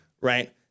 right